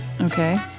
Okay